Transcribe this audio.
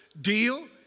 deal